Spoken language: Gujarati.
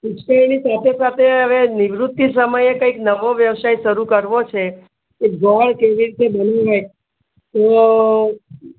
સાથે સાથે હવે નિવૃતિ સમયે કંઈક નવો વ્યવસાય શરૂ કરવો છે કે ગોળ કેવી રીતે બનાવાય તો